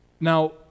Now